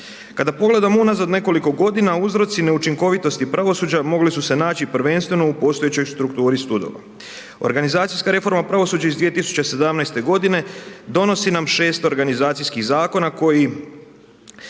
Kada pogledamo unazad nekoliko godina uzroci neučinkovitosti pravosuđa mogli su se naći prvenstveno u postojećoj strukturi sudova. Organizacijska reforma pravosuđa iz 2017. godine donosi nam 6 organizacijskih zakona koji